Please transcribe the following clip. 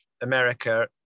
America